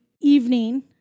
evening